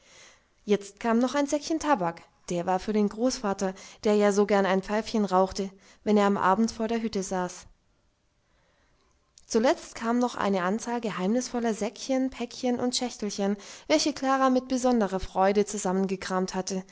jetzt kam noch ein säckchen tabak der war für den großvater der ja so gern ein pfeifchen rauchte wenn er am abend vor der hütte saß zuletzt kam noch eine anzahl geheimnisvoller säckchen päckchen und schächtelchen welche klara mit besonderer freude zusammengekramt hatte